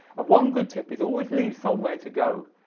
one good tip is always leave somewhere to go.